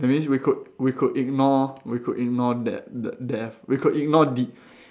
that means we could we could ignore we could ignore de~ d~ death we could ignore de~